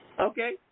Okay